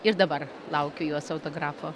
ir dabar laukiu jos autografo